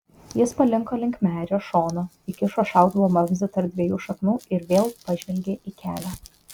jis palinko link medžio šono įkišo šautuvo vamzdį tarp dviejų šaknų ir vėl pažvelgė į kelią